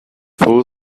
full